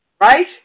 right